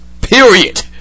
period